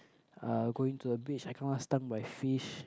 uh going to the beach I kena stung by fish